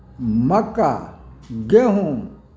मक्का गेँहूँ